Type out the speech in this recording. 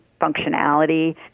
functionality